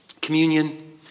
communion